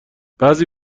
بعضی